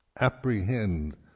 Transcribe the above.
Apprehend